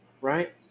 right